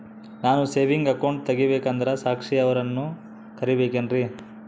ನಾನು saving account ತೆಗಿಬೇಕಂದರ ಸಾಕ್ಷಿಯವರನ್ನು ಕರಿಬೇಕಿನ್ರಿ?